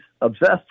obsessed